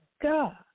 God